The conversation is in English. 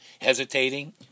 hesitating